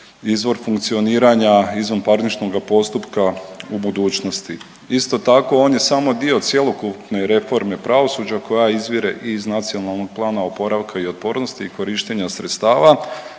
izvor funkcioniranja izvanparničnoga postupka u budućnosti. Isto tako on je samo dio cjelokupne reforme pravosuđa koja izvire iz NPOO-a i korištenja sredstava